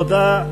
תודה.